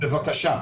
בבקשה.